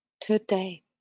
today